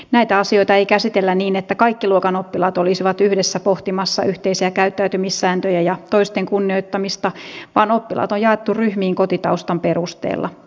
näitä asioita ei käsitellä niin että kaikki luokan oppilaat olisivat yhdessä pohtimassa yhteisiä käyttäytymissääntöjä ja toisten kunnioittamista vaan oppilaat on jaettu ryhmiin kotitaustan perusteella